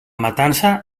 matança